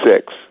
six